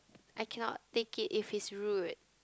I cannot take it if he's rude